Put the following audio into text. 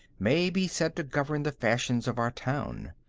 may be said to govern the fashions of our town.